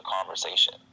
conversation